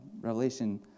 Revelation